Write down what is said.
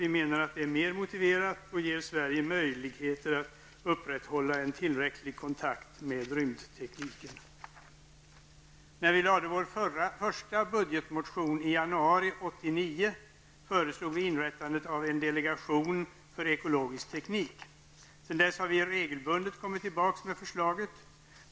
Vi menar att det är mer motiverat och ger Sverige möjlighet att upprätthålla en tillräcklig kontakt med rymdtekniken. När vi väckte vår första budgetmotion i januari 1989 föreslog vi inrättandet av delegationen för ekologisk teknik. Sedan dess har vi regelbundet kommit tillbaka med förslaget.